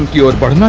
you apart and